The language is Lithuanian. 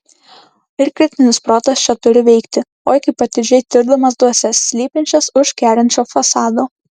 ir kritinis protas čia turi veikti oi kaip atidžiai tirdamas dvasias slypinčias už kerinčio fasado